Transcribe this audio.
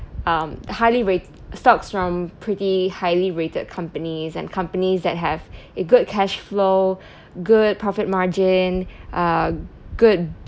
um highly rate stocks from pretty highly rated companies and companies that have a good cash flow good profit margin uh good